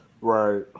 Right